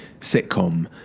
sitcom